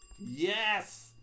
yes